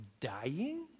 dying